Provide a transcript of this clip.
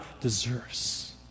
deserves